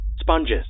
Sponges